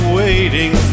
waiting